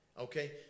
Okay